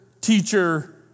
teacher